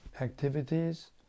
activities